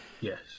Yes